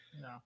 No